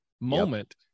moment